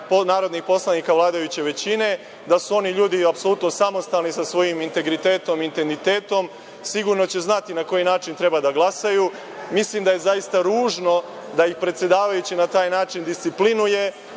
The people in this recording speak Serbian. narodnih poslanika vladajuće većine, da su oni ljudi apsolutno samostalni, sa svojim integritetom i identitetom, sigurno će znati na koji način treba da glasaju. Mislim da je zaista ružno da i predsedavajući na taj način disciplinuje